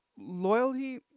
Loyalty